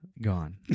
gone